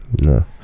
No